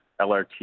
LRT